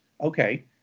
okay